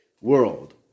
World